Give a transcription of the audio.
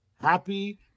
happy